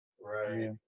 Right